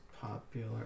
popular